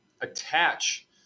attach